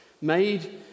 made